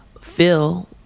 Phil